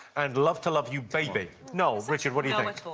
and love to love you, baby? noel, richard what do you